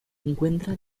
encuentra